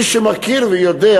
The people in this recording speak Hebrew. מי שמכיר ויודע,